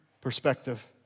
perspective